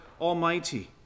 Almighty